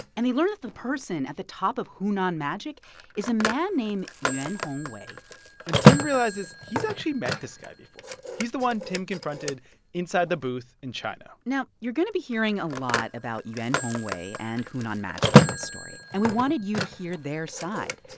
and he learned that the person at the top of hunan magic is a man named yuan hongwei and tim realizes he's actually met this guy before. he's the one tim confronted inside the booth in china now, you're going to be hearing a lot about yuan hongwei and hunan magic in this story. and we wanted you to hear their side.